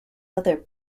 other